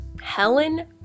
Helen